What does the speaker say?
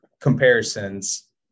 comparisons